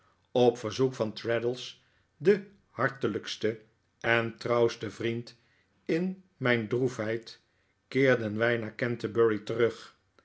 op verzoek van traddles den hartelijksten en trouwsten vriend in mijn droefheid keerden wij naar canterbury terug